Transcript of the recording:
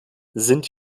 sind